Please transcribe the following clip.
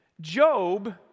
Job